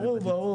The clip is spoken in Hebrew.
ברור.